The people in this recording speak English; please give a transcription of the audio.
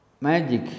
Magic